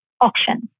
auction